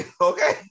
Okay